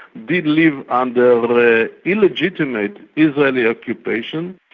did live under the illegitimate israeli occupation,